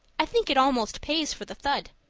i think it almost pays for the thud.